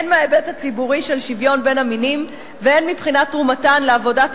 הן מההיבט הציבורי של שוויון בין המינים והן מבחינת תרומתן לעבודת